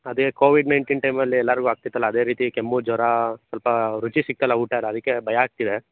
ಅದೆ COVID nineteen ಟೈಮಲ್ಲಿ ಎಲ್ಲರಿಗೂ ಆಗ್ತಿತ್ತಲ್ಲ ಅದೇ ರೀತಿ ಕೆಮ್ಮು ಜ್ವರ ಸ್ವಲ್ಪ ರುಚಿ ಸಿಕ್ಕಲ್ಲ ಊಟ ಎಲ್ಲ ಅದಕ್ಕೆ ಭಯ ಆಗ್ತಿದೆ